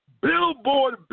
Billboard